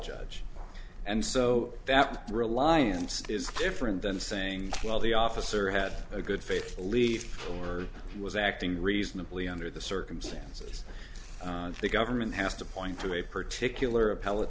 judge and so that reliance is different than saying well the officer had a good faith belief or he was acting reasonably under the circumstances the government has to point to a particular appell